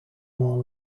more